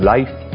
Life